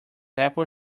apple